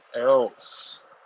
else